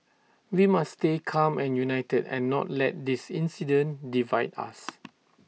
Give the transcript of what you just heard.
we must stay calm and united and not let this incident divide us